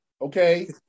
Okay